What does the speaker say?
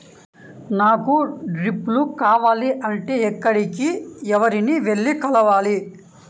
నాకు డ్రిప్లు కావాలి అంటే ఎక్కడికి, ఎవరిని వెళ్లి కలవాలి?